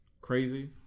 Crazy